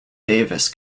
davis